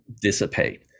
dissipate